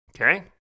Okay